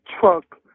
truck